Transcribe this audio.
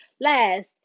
last